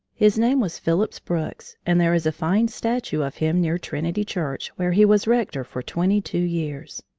his name was phillips brooks, and there is a fine statue of him near trinity church, where he was rector for twenty-two years.